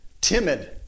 timid